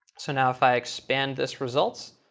so now if i expand this results,